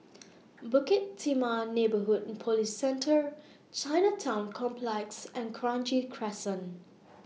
Bukit Timah Neighbourhood Police Centre Chinatown Complex and Kranji Crescent